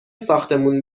ساختمون